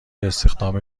استخدام